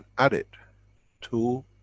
add it to